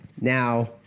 Now